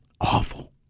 awful